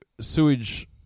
sewage